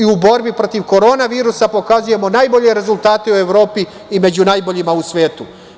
I u borbi protiv korona virusa pokazujemo najbolje rezultate u Evropi i među najboljima smo u svetu.